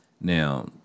Now